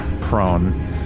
prone